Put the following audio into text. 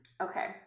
Okay